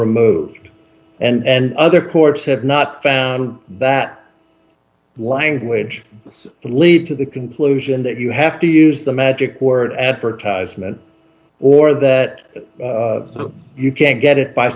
removed and other courts have not found that language has lead to the conclusion that you have to use the magic word advertisement or that you can't get it by